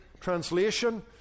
translation